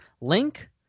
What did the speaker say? link